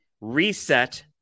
reset